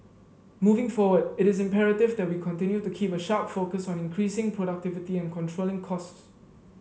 moving forward it is imperative that we continue to keep a sharp focus on increasing productivity and controlling costs